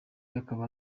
akaba